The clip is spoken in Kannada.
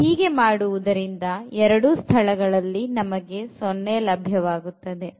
ಮತ್ತು ಹೀಗೆ ಮಾಡುವುದರಿಂದ ಎರಡು ಸ್ಥಳಗಳಲ್ಲಿ ನಮಗೆ 0 ಲಭ್ಯವಾಗುತ್ತದೆ